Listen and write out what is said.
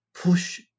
push